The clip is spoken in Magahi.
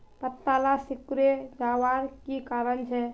पत्ताला सिकुरे जवार की कारण छे?